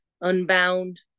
Unbound